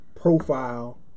Profile